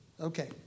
Okay